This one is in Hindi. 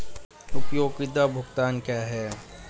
उपयोगिता भुगतान क्या हैं?